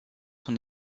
son